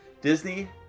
Disney